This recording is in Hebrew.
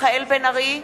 מיכאל בן-ארי,